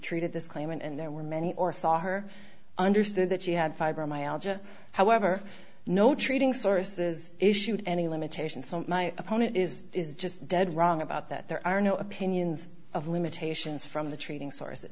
treated this claimant and there were many or saw her understood that she had fibromyalgia however no treating sources issued any limitations so my opponent is is just dead wrong about that there are no opinions of limitations from the treating sources